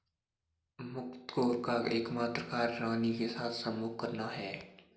मुकत्कोर का एकमात्र कार्य रानी के साथ संभोग करना है